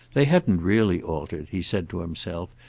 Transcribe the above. they hadn't really altered, he said to himself,